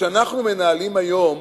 שאנחנו מנהלים היום